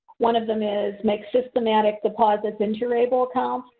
one of them is make systematic deposits into your able account,